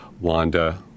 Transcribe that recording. Wanda